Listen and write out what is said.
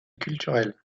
culturel